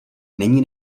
není